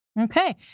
Okay